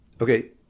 Okay